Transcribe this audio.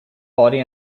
body